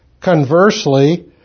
Conversely